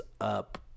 up